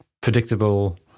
predictable